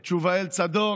את שובאל צדוק,